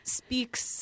speaks